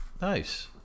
Nice